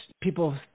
people